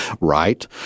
Right